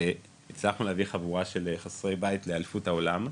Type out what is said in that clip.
הצלחנו להביא חבורה של חסרי בית לאליפות העולם,